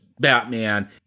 Batman